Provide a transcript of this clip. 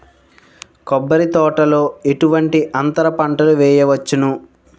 కొబ్బరి తోటలో ఎటువంటి అంతర పంటలు వేయవచ్చును?